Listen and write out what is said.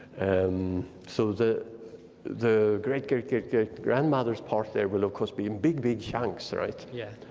and so the the great-great-great-great-grandmother's part there will of course be in big, big chunks, right? yeah.